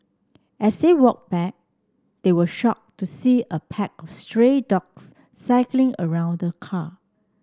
as they walked back they were shocked to see a pack of stray dogs circling around the car